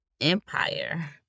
Empire